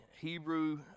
Hebrew